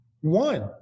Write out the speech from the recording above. one